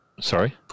Sorry